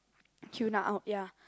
Hyuna out ya